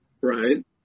Right